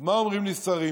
מה אומרים לי שרים?